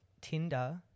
Tinder